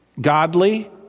godly